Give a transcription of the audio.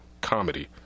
comedy